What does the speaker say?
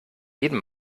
jedem